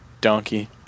Donkey